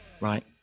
right